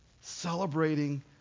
celebrating